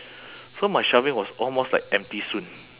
so my shelving was almost like empty soon